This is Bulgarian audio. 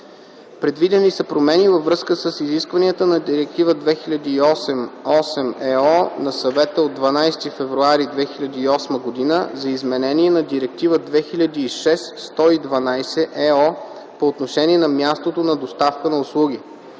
Предвидени са промени във връзка с изискванията на Директива 2008/8/ЕО на Съвета от 12 февруари 2008 г. за изменение на Директива 2006/112/ЕО по отношение на мястото на доставка на услуги.